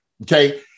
okay